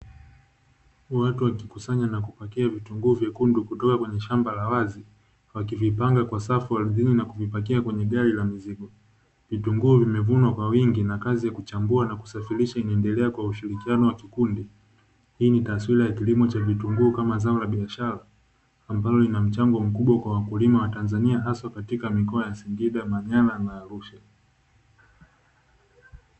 Watu wakikusanya na kupakia vitunguu vyekundu kutoka kwenye shamba la wazi wakivipanga kwa safu ardhini na kuvipakia kwenye gari la mizigo. Vitunguu vimevunwa kwa wingi na kazi ya kuchambua na kusafirisha inaendelea kwa ushirikiano wa kikundi. Hii ni taswira ya kilimo cha vitunguu kama zao na biashara ambayo ina mchango mkubwa kwa wakulima wa Tanzania hasa katika mikoa ya Singida, Manyara na Arusha.